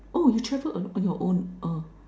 oh you travel alone on your own uh